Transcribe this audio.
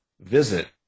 visit